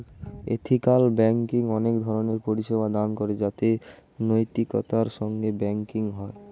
ethical banking অনেক ধরণের পরিষেবা দান করে যাতে নৈতিকতার সঙ্গে ব্যাঙ্কিং হয়